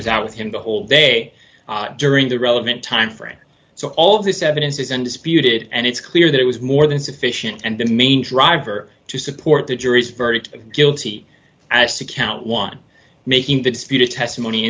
was out with him the whole day during the relevant time frame so all of this evidence is undisputed and it's clear that it was more than sufficient and the main driver to support the jury's verdict of guilty as account one making the disputed testimony